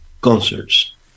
concerts